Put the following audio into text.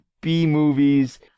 B-movies